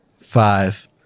Five